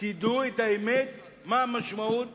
תדעו את האמת, מה המשמעות